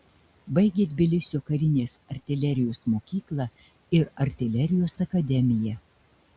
baigė tbilisio karinės artilerijos mokyklą ir artilerijos akademiją